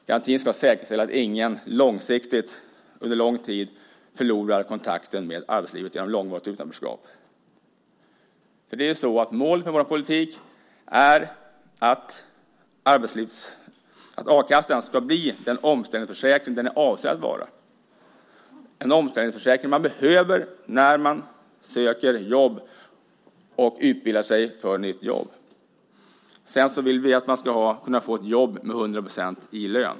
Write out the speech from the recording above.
Garantin ska säkerställa att ingen under lång tid förlorar kontakten med arbetslivet genom långvarigt utanförskap. Målet med vår politik är att a-kassan ska bli den omställningsförsäkring den är avsedd att vara - en omställningsförsäkring man behöver när man söker jobb och utbildar sig för ett nytt jobb. Sedan vill vi att man ska kunna få ett jobb med 100 % i lön.